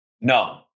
no